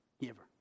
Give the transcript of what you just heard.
giver